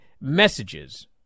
messages